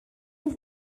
also